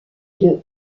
deux